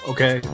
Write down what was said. Okay